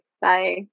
Bye